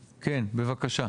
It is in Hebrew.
כן, בבקשה.